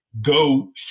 go